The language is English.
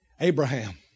Abraham